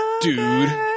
Dude